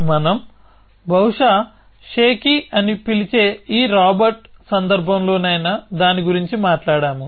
మనం బహుశా షేకీ అని పిలిచే ఈ రాబర్ట్ సందర్భంలోనైనా దాని గురించి మాట్లాడాము